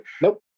Nope